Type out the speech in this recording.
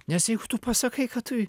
nes jeigu tu pasakai kad tu